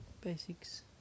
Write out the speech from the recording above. basics